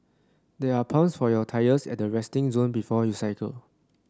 there are pumps for your tyres at the resting zone before you cycle